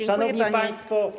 Szanowni Państwo!